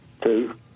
Two